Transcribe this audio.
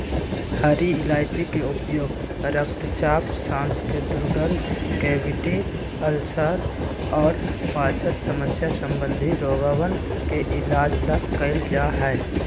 हरी इलायची के उपयोग रक्तचाप, सांस के दुर्गंध, कैविटी, अल्सर और पाचन समस्या संबंधी रोगवन के इलाज ला कइल जा हई